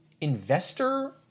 investor